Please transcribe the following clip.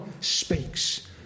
speaks